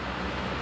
what